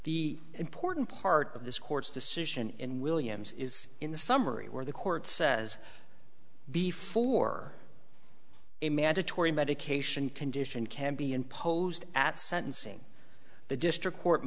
the important part of this court's decision in williams is in the summary where the court says before a mandatory medication condition can be imposed at sentencing the district court